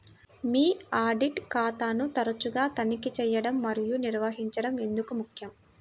మీ audit ఖాతాను తరచుగా తనిఖీ చేయడం మరియు నిర్వహించడం ఎందుకు ముఖ్యం?